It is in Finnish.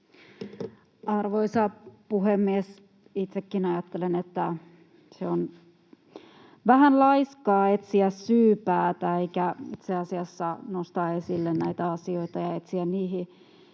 Arvoisa puhemies! Itsekin ajattelen, että on vähän laiskaa etsiä syypäätä, kun itse asiassa tulisi nostaa esille näitä asioita ja etsiä niihin